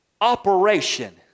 operation